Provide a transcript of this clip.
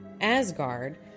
Asgard